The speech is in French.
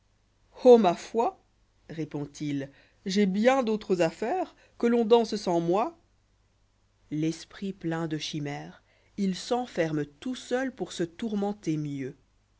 ma foi réponç il j'ai bien d'autres affaires que l'on danse sans moi l'esprit plein de chimères il s'enferme tout seul pour se tourmenter mieux